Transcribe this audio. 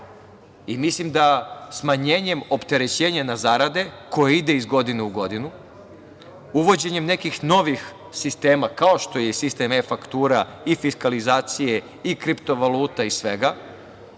Mislim da smanjenjem opterećenja na zarade, koje ide iz godine u godinu, uvođenjem nekih novih sistema, kao što je sistem e-faktura i fiskalizacije i kriptovaluta i svega,